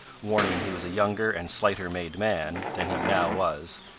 worn when he was a younger and slighter-made man than he now was,